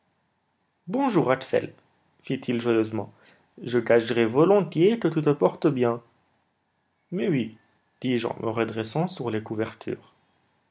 bonjour axel fit-il joyeusement je gagerais volontiers que tu te portes bien mais oui dis-je on me redressant sur les couvertures